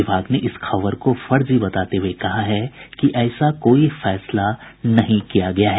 विभाग ने इस खबर को फर्जी बताते हुए कहा है कि ऐसा कोई फैसला नहीं किया गया है